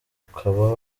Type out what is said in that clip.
ukaba